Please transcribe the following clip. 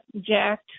Jack